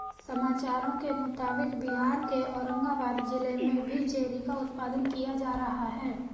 समाचारों के मुताबिक बिहार के औरंगाबाद जिला में भी चेरी का उत्पादन किया जा रहा है